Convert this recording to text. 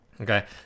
Okay